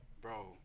bro